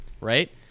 right